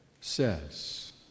says